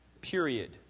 Period